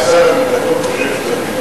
אולי סגן שר הביטחון חושב שצריך לבנות הרבה.